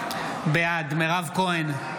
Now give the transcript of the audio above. בעד מירב כהן,